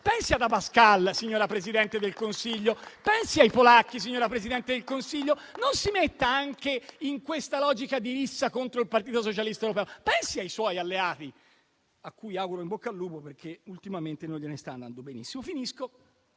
Pensi ad Abascal, signora Presidente del Consiglio. Pensi ai polacchi, signora Presidente del Consiglio. Non si metta anche nella logica di rissa contro il Partito socialista europeo. Pensi ai suoi alleati, a cui auguro in bocca al lupo, perché ultimamente non gli sta andando benissimo. Finisco